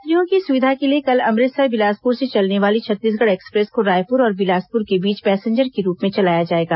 यात्रियों की सुविधा के लिए कल अमृतसर बिलासपुर से चलने वाली छत्तीसगढ एक्सप्रेस को रायपुर और बिलासपुर के बीच पैसेंजर के रूप में चलाया जाएगा